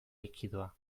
likidoa